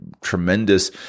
tremendous